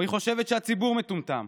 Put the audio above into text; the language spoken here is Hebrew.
או חושבת שהציבור מטומטם.